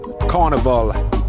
Carnival